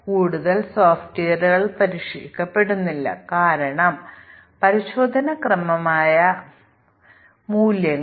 അതിനാൽ ഇവ ഇന്റർഫേസ് ബഗുകളുടെ ഉദാഹരണങ്ങളാണ് ഇവയാണ് ഇന്റേഗ്രേഷൻ ടെസ്റ്റിങ് ന്റ്റെ ലക്ഷ്യം